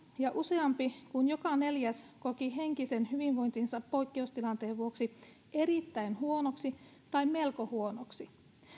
ja useampi kuin joka neljäs koki henkisen hyvinvointinsa poikkeustilanteen vuoksi erittäin huonoksi tai melko huonoksi